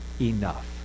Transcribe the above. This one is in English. enough